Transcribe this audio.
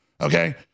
okay